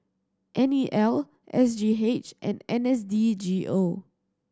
N E L S G H and N S D G O